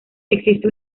existe